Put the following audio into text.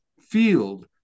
field